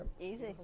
Easy